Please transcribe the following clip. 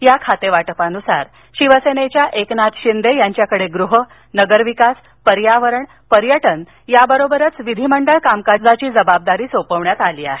या खातेवाटपानुसार शिवसेनेच्या एकनाथ शिंदे यांच्याकडे गृह नगरविकास पर्यावरण पर्यटन याबरोबरच विधिमंडळ कामकाजाची जबाबदारी सोपवण्यात आली आहे